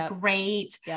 great